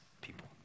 people